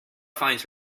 finds